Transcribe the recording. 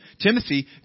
Timothy